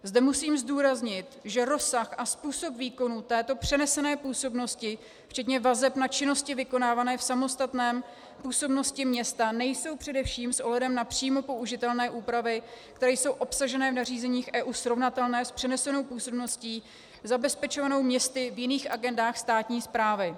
Zde musím zdůraznit, že rozsah a způsob výkonu této přenesené působnosti včetně vazeb na činnosti vykonávané v samostatné působnosti města nejsou především s ohledem na přímo použitelné úpravy, které jsou obsaženy v nařízeních EU, srovnatelné s přenesenou působností zabezpečovanou městy v jiných agendách státní správy.